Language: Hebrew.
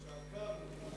שעקרנו.